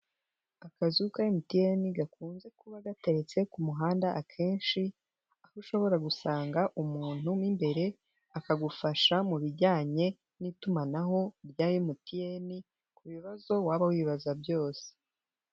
Akazu MTN gakunze kuba gateretse ku muhanda akenshi, aho ushobora gusanga umuntu mo imbere akagufasha mu bijyanye n'itumanaho rya MTN, ku bibazo waba wibaza byose.